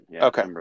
okay